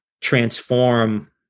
transform